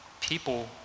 people